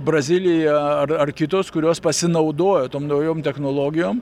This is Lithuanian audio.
brazilija ar ar kitos kurios pasinaudojo tom naujom technologijom